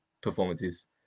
performances